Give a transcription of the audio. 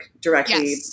directly